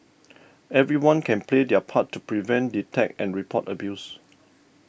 everyone can play their part to prevent detect and report abuse